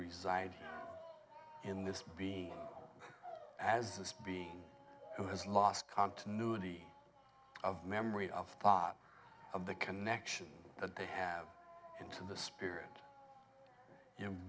reside in this being as this being who has lost continuity of memory of top of the connection that they have into the spirit you